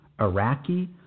Iraqi